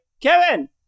Kevin